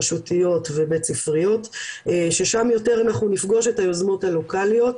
רשותיות ובית ספריות ששם יותר אנחנו נפגוש את היוזמות הלוקאליות,